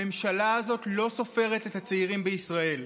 הממשלה הזאת לא סופרת את הצעירים בישראל.